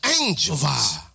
angels